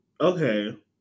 Okay